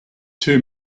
two